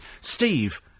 Steve